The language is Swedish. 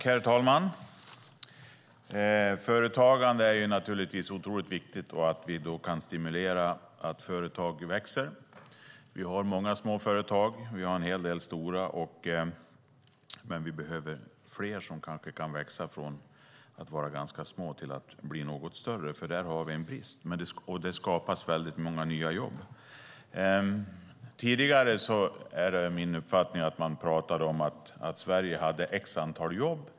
Herr talman! Företagande är naturligtvis otroligt viktigt och att vi kan stimulera att företag växer. Vi har många små företag. Vi har en hel del stora, men vi behöver fler som kanske kan växa från att vara ganska små till att bli något större, för där har vi en brist. Och det skapar många nya jobb. Det är min uppfattning att man tidigare pratade om att Sverige hade ett visst antal jobb.